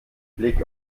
blick